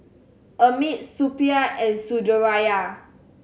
Amit Suppiah and Sundaraiah